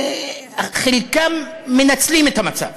חלקם מנצלים את המצב.